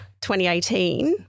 2018